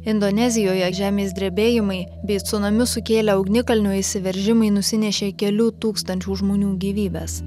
indonezijoje žemės drebėjimai bei cunamius sukėlę ugnikalnio išsiveržimai nusinešė kelių tūkstančių žmonių gyvybes